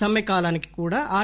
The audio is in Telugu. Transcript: సమ్మె కాలానికి కూడా ఆర్